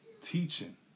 teaching